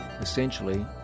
essentially